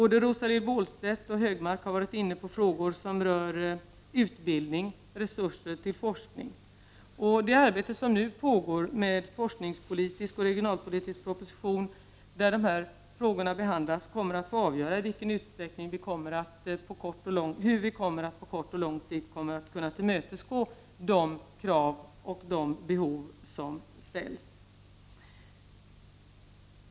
Både Rosa-Lill Wåhlstedt och Anders Högmark har varit inne på frågor som rör utbildning och forskning. Det arbete som nu pågår med en forskningsoch regionalpolitisk proposition där de här frågorna behandlas kommer att få avgöra i vilken utsträckning och hur vi på kort och lång sikt kom mer att tillmötesgå behoven och de krav som ställs.